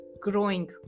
growing